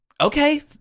Okay